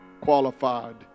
qualified